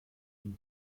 ihn